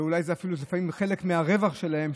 ואולי זה אפילו לפעמים חלק מהרווח שלהם,